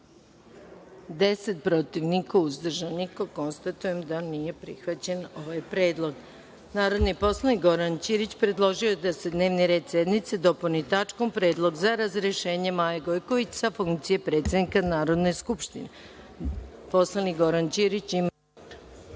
– 10, protiv – niko, uzdržan – niko. Konstatujem da nije prihvaćen ovaj predlog. Narodni poslanik Goran Ćirić predložio je da se dnevni red sednice dopuni tačkom – Predlog za razrešenje Maje Gojković sa funkcije predsednika Narodne skupštine. Poslanik Goran Ćirić ima